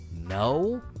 no